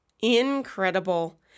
Incredible